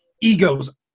egos